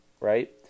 right